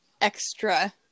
extra